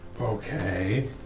Okay